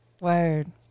Word